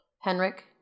Henrik